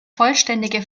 vollständige